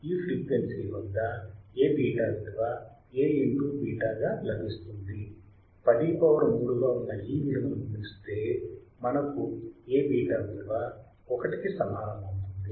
ఈ ఫ్రీక్వెన్సీ వద్ద A β విలువ A ఇంటూ β గా లభిస్తుంది 103 గా ఉన్న ఈ విలువ ని గుణిస్తే మనకు A β విలువ 1 కి సమానమవుతుంది